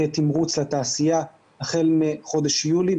כתמרוץ לתעשייה החל מחודש יולי,